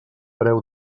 preu